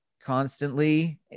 constantly